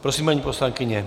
Prosím, paní poslankyně.